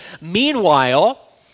Meanwhile